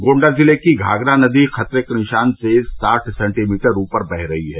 गोण्डा जिले की घाघरा नदी खतरे के निशान से साठ सेंटीमीटर ऊपर बह रही है